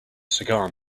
cigar